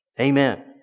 Amen